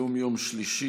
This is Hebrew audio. היום יום שלישי,